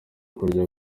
kurya